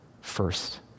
first